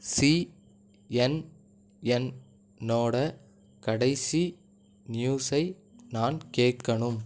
சிஎன்என்னோடய கடைசி நியூஸை நான் கேட்கணும்